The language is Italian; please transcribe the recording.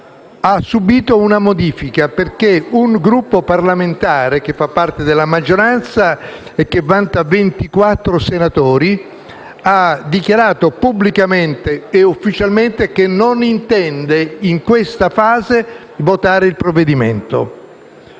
ha subito una modifica, perché un Gruppo parlamentare che fa parte della maggioranza, e che vanta ventiquattro senatori, ha dichiarato pubblicamente e ufficialmente che non intende, in questa fase, votare il provvedimento.